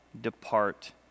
depart